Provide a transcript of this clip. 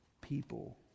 people